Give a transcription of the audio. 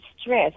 stress